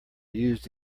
used